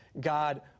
God